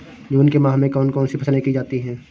जून के माह में कौन कौन सी फसलें की जाती हैं?